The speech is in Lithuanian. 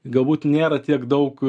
galbūt nėra tiek daug